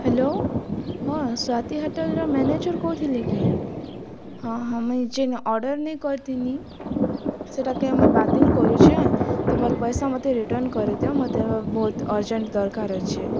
hello ହଁ ସ୍ଵାତି ହୋଟେଲର manager କହୁଥିଲେ କି ହଁ ହଁ ଆମେ ଜିନ୍ ଅର୍ଡ଼ର ନି କରିଥିନୀ ସେଟା କି ଆମେ ବାତିଲ୍ କରୁଛେ ତୁମର ପଇସା ମୋତେ ରିଟର୍ଣ୍ଣ କରିଦିଅ ମୋତେ ଏବେ ବହୁତ୍ ଅରଜେଣ୍ଟ ଦରକାର ଅଛି